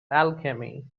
alchemy